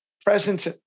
presence